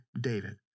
David